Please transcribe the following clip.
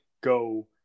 go